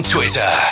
Twitter